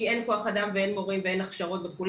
כי אין כוח אדם ואין מורים ואין הכשרות וכו',